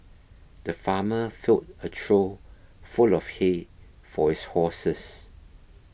the farmer filled a trough full of hay for his horses